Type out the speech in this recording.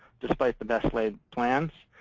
despite the best-laid plans.